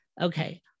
okay